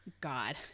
god